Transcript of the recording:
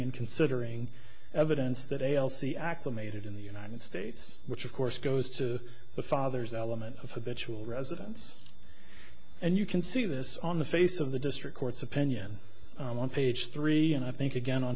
and considering evidence that a l c acclimated in the united states which of course goes to the father's element of a vigil residence and you can see this on the face of the district court's opinion on page three and i think again on